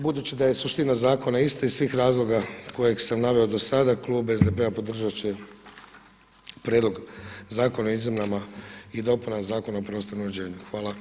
Budući da je suština zakona ista iz svih razloga koje sam naveo do sada klub SDP-a podržat će Prijedlog zakona o izmjenama i dopunama Zakona o prostornom uređenju.